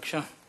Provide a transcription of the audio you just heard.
בבקשה.